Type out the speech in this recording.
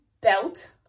belt